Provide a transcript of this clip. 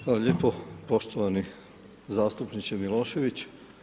Hvala lijepo poštovani zastupniče Milošević.